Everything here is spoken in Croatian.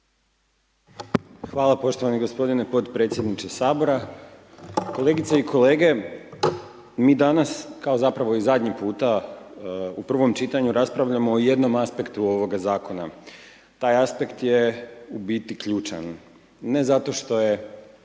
Hvala poštovani gospodine potpredsjedniče Sabora. Kolegice i kolege, mi danas, kao zapravo i zadnji puta, u prvom čitanju raspravljamo o jednom aspektu ovoga Zakona, taj aspekt je u biti ključan, ne zato što je,